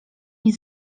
nie